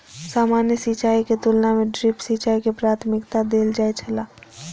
सामान्य सिंचाई के तुलना में ड्रिप सिंचाई के प्राथमिकता देल जाय छला